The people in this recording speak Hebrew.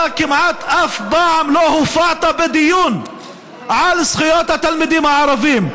אתה כמעט אף פעם לא הופעת בדיון על זכויות התלמידים הערבים.